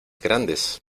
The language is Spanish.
grandes